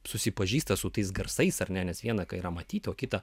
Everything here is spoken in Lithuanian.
susipažįsta su tais garsais ar ne nes vieną yra matyta kitą